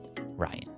Ryan